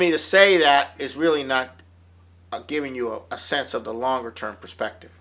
me to say that is really not giving you a sense of the longer term perspective